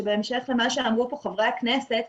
שבהמשך למה שאמרו פה חברי הכנסת,